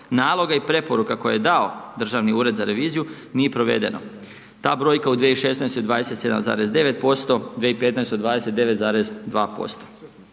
naloga i preporuka koji je dao Državni ured za reviziju nije provedeno. Ta brojka je u 2016. 27,9%, 2015. od 29,2%.